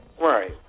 Right